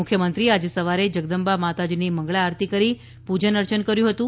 મુખ્યમંત્રીએ આજે સવારે જગદંબા માતાજીની મંગલા આરતી કરી પૂજન કર્યું હતું